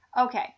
Okay